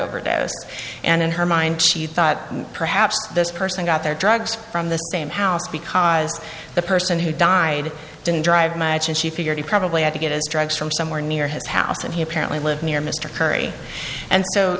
overdose and in her mind she thought perhaps this person got their drugs from the same house because the person who died didn't drive much and she figured he probably had to get his drugs from somewhere near his house and he apparently lived near mr curry and so